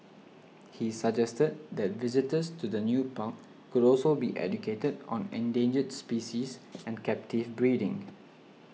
he suggested that visitors to the new park could also be educated on endangered species and captive breeding